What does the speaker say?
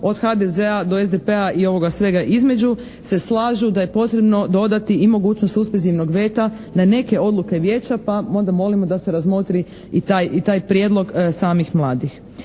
od HDZ-a do SDP-a i ovoga svega između se slažu da je potrebno dodati i mogućnost suspenzivnog veta na neke odluke Vijeća pa onda molimo da se razmotri i taj prijedlog samih mladih.